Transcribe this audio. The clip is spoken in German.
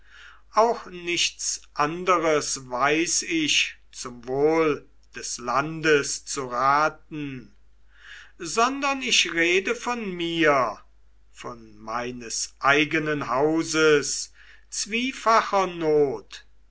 auch nichts anderes weiß ich zum wohl des landes zu raten sondern ich rede von mir von meines eigenen hauses zwiefacher not